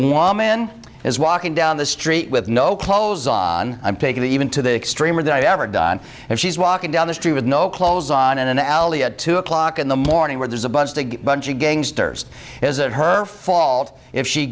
men is walking down the street with no clothes on i'm taking it even to the extreme or that i've ever done and she's walking down the street with no clothes on in an alley at two o'clock in the morning where there's a bunch of bunch of gangsters is it her fault if she